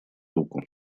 руку